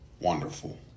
wonderful